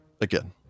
Again